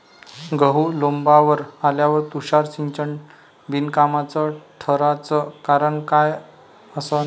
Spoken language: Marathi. गहू लोम्बावर आल्यावर तुषार सिंचन बिनकामाचं ठराचं कारन का असन?